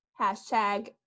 hashtag